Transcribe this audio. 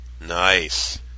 Nice